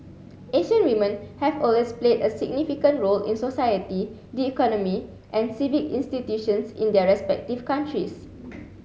Asian women have always played a significant role in society the economy and civic institutions in their respective countries